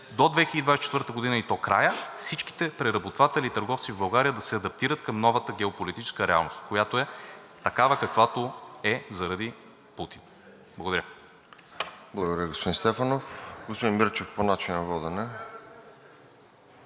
до 2024 г. и до края всичките преработватели и търговци в България да се адаптират към новата геополитическа реалност, която е такава, каквато е заради Путин. Благодаря. ПРЕДСЕДАТЕЛ РОСЕН ЖЕЛЯЗКОВ: Благодаря, господин Стефанов. Господин Мирчев – по начина на водене.